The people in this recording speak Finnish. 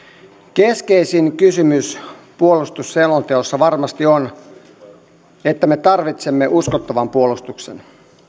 keskeisin kysymys puolustusselonteossa varmasti on että me tarvitsemme uskottavan puolustuksen